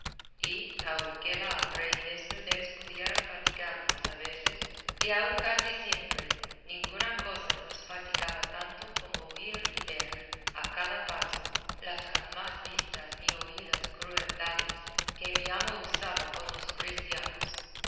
y aunque la hambre y desnudez pudiera fatigarnos a veces y aun casi siempre ninguna cosa nos fatigaba tanto como oír y ver a cada paso las jamás vistas ni oídas crueldades que mi amo usaba con los cristianos